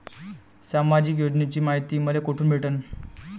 सामाजिक योजनेची मायती मले कोठून भेटनं?